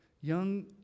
Young